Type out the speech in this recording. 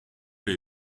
l’ai